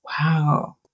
Wow